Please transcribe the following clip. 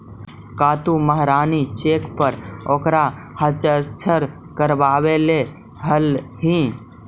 का तु महाजनी चेक पर ओकर हस्ताक्षर करवले हलहि